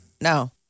No